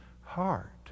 heart